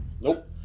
Nope